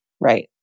right